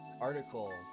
article